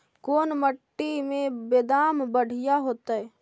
कोन मट्टी में बेदाम बढ़िया होतै?